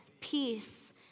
peace